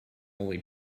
only